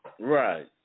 Right